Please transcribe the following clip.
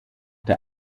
der